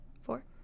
four